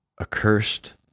accursed